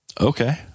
okay